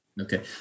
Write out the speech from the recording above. Okay